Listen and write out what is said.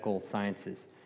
sciences